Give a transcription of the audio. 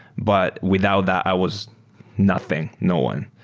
but without that i was nothing. no one.